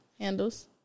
handles